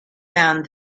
found